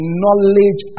knowledge